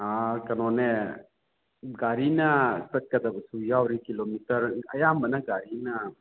ꯀꯩꯅꯣꯅꯦ ꯒꯥꯔꯤꯅ ꯆꯠꯀꯗꯕꯁꯨ ꯌꯥꯎꯔꯤ ꯀꯤꯂꯣꯃꯤꯇꯔ ꯑꯌꯥꯝꯕꯅ ꯒꯥꯔꯤꯅ